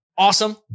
Awesome